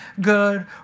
good